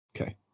Okay